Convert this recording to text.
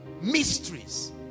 Mysteries